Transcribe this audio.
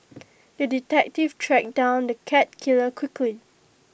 the detective tracked down the cat killer quickly